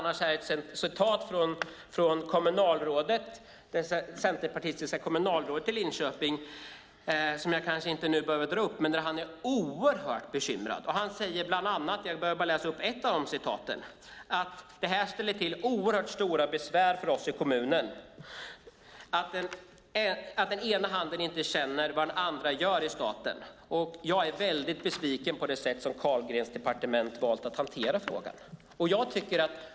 Jag har ett citat från det centerpartistiska kommunalrådet i Linköping som jag kanske inte skulle behöva dra upp, men han är oerhört bekymrad och säger bland annat: "Det här ställer till stora besvär för oss i kommunen att den ena handen inte känner till vad den andra gör i staten. Jag är väldigt besviken på det sätt som Carlgrens departement valt att hantera den här frågan."